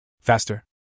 Faster